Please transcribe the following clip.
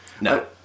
No